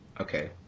okay